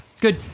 good